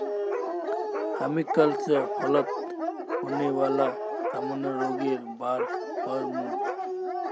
हामी कल स फलत होने वाला सामान्य रोगेर बार पढ़ मु